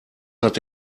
hat